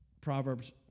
Proverbs